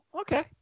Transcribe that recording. okay